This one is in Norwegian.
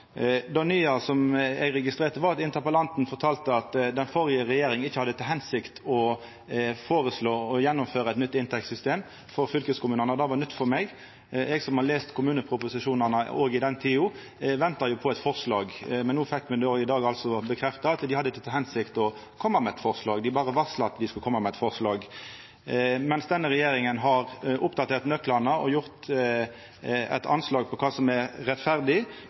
Det nye som eg registrerte, var at interpellanten fortalte at den førre regjeringa ikkje hadde til hensikt å føreslå å gjennomføra eit nytt inntektssystem for fylkeskommunane. Det var nytt for meg. Eg, som har lese kommuneproposisjonane, òg i den tida, venta jo på eit forslag. Men no fekk me i dag altså bekrefta at dei ikkje hadde til hensikt å koma med eit forslag, dei berre varsla at dei skulle koma med eit forslag. Denne regjeringa har derimot oppdatert nøklane og gjort eit anslag over kva som er rettferdig,